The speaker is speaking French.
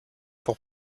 pour